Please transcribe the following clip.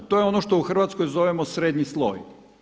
To je ono što u Hrvatskoj zovemo srednji sloj.